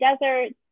deserts